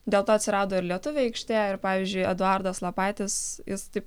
dėl to atsirado ir lietuvių aikštė ir pavyzdžiui eduardas lapaitis jis taip